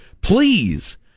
Please